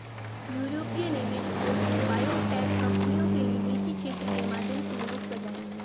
यूरोपीय निवेश कोष ने बायोटेक कंपनियों के लिए निजी क्षेत्र के माध्यम से निवेश बढ़ाया